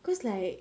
because like